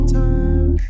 time